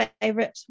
favorite